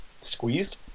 squeezed